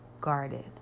guarded